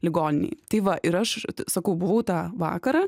ligoninėj tai va ir aš sakau buvau tą vakarą